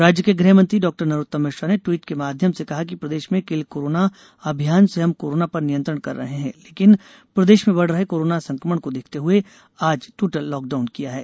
राज्य के गृह मंत्री डॉक्टर नरोत्तम मिश्रा ने ट्वीट के माध्यम से कहा है कि प्रदेश में किल कोरोना अभियान से हम कोरोना पर नियंत्रण कर रहे हैं लेकिन प्रदेश में बढ़ रहे कोरोना संकमण को देखते हुए आज टोटल लॉकडाउन किया है